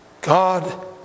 God